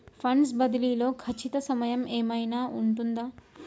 Funds బదిలీ లో ఖచ్చిత సమయం ఏమైనా ఉంటుందా?